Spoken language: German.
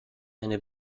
eine